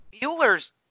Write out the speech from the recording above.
Mueller's